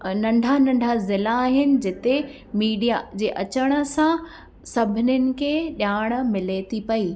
नंढा नंढा ज़िला आहिनि जिते मीडिया जे अचण सां सभिनीनि खे ॼाण मिले थी पई